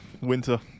Winter